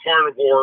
carnivore